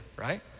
right